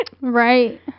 Right